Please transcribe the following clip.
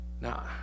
Now